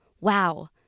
wow